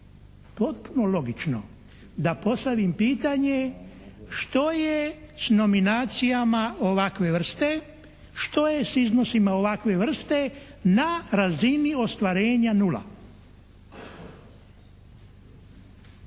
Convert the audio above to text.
potpuno logično da postavim pitanje što je s nominacijama ovakve vrste, što je s iznosima ovakve vrste na razini ostvarenja nula?